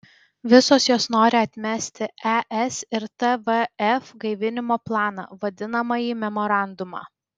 visos jos nori atmesti es ir tvf gaivinimo planą vadinamąjį memorandumą